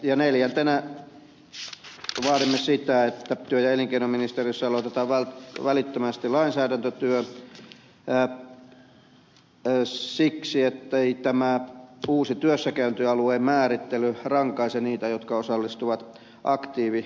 ja neljäntenä vaadimme että työ ja elinkeinoministeriössä aloitetaan välittömästi lainsäädäntötyö ettei tämä uusi työssäkäyntialueen määrittely rankaise niitä jotka osallistuvat aktiivitoimiin